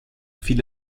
fiel